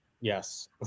Yes